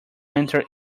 enter